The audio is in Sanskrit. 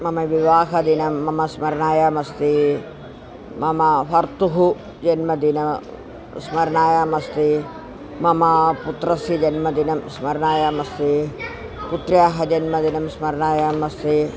मम विवाहदिनं स्मरणायामस्ति मम भर्तुः जन्मदिनं स्मरणायामस्ति मम पुत्रस्य जन्मदिनं स्मरणायामस्ति पुत्र्याः जन्मदिनं स्मरणायामस्ति